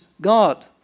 God